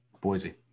Boise